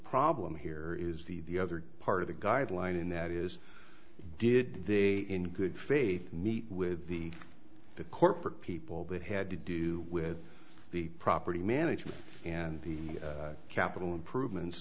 problem here is the other part of the guideline in that is did they in good faith meet with the the corporate people that had to do with the property management and the capital improvements